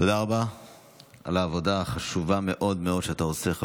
תודה רבה על העבודה החשובה מאוד מאוד שאתה עושה,